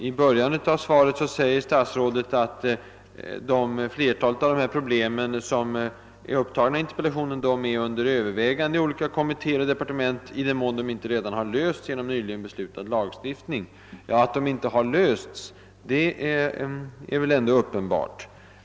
I början av svaret säger statsrådet: »Flertalet av de problem som berörs i interpellationen är under övervägande i olika kommittéer och departement i den mån de inte lösts genom nyligen beslutad lagstiftning.» Att de inte har lösts är uppenbart.